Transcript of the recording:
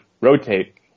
rotate